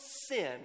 sin